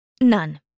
None